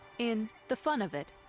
in the fun of it,